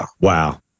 Wow